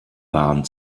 waren